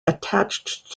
attached